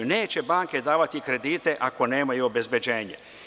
Neće banke davati kredite, ako nemaju obezbeđenje.